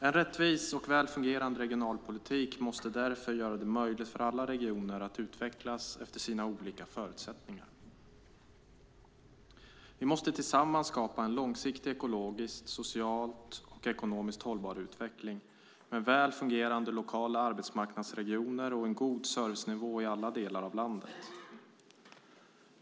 En rättvis och väl fungerande regionalpolitik måste därför göra det möjligt för alla regioner att utvecklas efter sina olika förutsättningar. Vi måste tillsammans skapa en långsiktigt, ekologiskt, socialt och ekonomiskt hållbar utveckling med väl fungerande lokala arbetsmarknadsregioner och en god servicenivå i alla delar av landet.